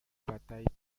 bataille